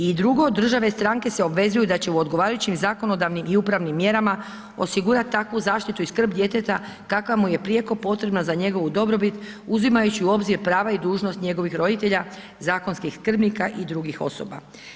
I drugo, države stanke se obvezuju da će u odgovarajućih zakonodavnim i upravnim mjerama osigurati takvu zaštitu i skrb djeteta kakav mu je prijeko potrebna za njegovu dobrobit uzimajući u obzir prava i dužnost njegovih roditelja, zakonskih skrbnika i drugih osoba.